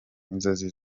inzozi